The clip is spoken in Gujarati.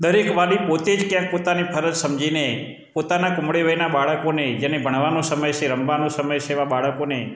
દરેક વાલી પોતે જ ક્યાંક પોતાની ફરજ સમજીને પોતાના કુમળી વયના બાળકોને જેને ભણાવાનો સમય છે રમવાનો સમય છે એવા બાળકોને